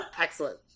Excellent